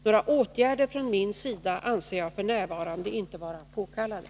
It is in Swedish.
Några åtgärder från min sida anser jag inte vara påkallade f.n.